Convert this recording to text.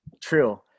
True